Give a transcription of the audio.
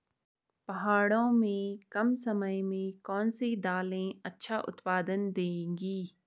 पहाड़ों में कम समय में कौन सी दालें अच्छा उत्पादन देंगी?